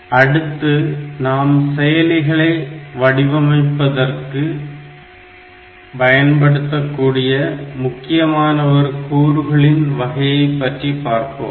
Sequential circuits அடுத்து நாம் செயலிகளை வடிவமைப்பதற்கு பயன்படுத்தக்கூடிய முக்கியமான ஒரு கூறுகளின் வகையை பற்றிபார்ப்போம்